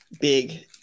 big